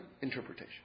interpretation